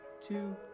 two